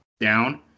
down